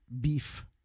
beef